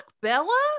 Bella